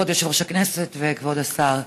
כבוד יושב-ראש הכנסת וכבוד השר,